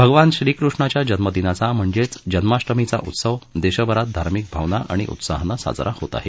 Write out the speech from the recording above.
भगवान श्रीकृष्णाच्या जन्म दिनाचा म्हणजेच जन्माष्टमीचा उत्सव देशभरात धार्मिक भावना आणि उत्साहानं साजरा होत आहे